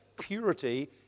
purity